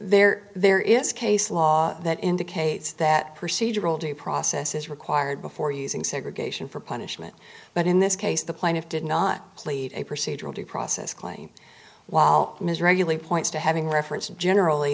there there is case law that indicates that procedural due process is required before using segregation for punishment but in this case the plaintiff did not plead a procedural due process claim while ms regularly points to having reference to generally